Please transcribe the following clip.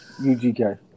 UGK